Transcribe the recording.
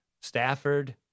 Stafford